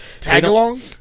Tag-along